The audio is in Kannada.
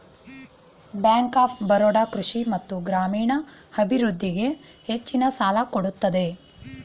ಬ್ಯಾಂಕ್ ಆಫ್ ಬರೋಡ ಕೃಷಿ ಮತ್ತು ಗ್ರಾಮೀಣ ಅಭಿವೃದ್ಧಿಗೆ ಹೆಚ್ಚಿನ ಸಾಲ ಕೊಡುತ್ತದೆ